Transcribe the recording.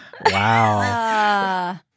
Wow